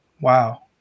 Wow